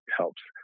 helps